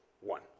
one